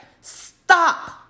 Stop